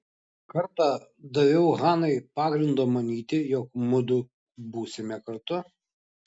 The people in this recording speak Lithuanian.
kartą daviau hanai pagrindo manyti jog mudu būsime kartu